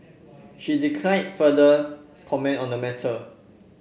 she declined further comment on the matter